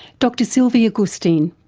dr sylvia gustin.